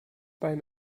beim